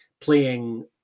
playing